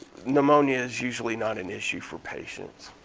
pneumonia is usually not an issue for patients.